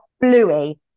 Bluey